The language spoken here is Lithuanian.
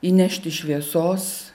įnešti šviesos